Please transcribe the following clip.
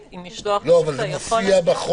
בשאלה אם משלוח יכול להגיע --- אבל זה מופיע בחוק?